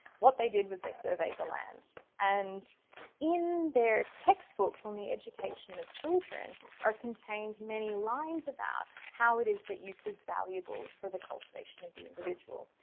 what they did was they surveyed the land. and in their textbooks on the education of children are contained many lines about how it is that euclid's valuable for the cultivation of the individual.